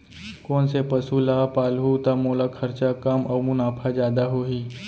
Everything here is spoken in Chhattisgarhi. कोन से पसु ला पालहूँ त मोला खरचा कम अऊ मुनाफा जादा होही?